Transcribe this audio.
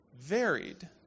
varied